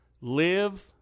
Live